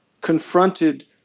confronted